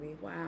Wow